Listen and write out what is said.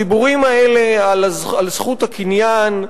הדיבורים האלה על זכות הקניין,